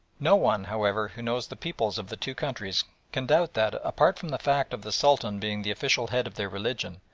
no one, however, who knows the peoples of the two countries can doubt that, apart from the fact of the sultan being the official head of their religion,